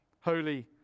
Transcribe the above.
Holy